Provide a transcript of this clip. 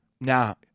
Now